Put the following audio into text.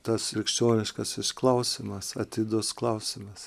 tas krikščioniškasis klausimas atidos klausimas